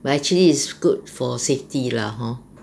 but actually is good for safety lah hor